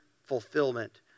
Fulfillment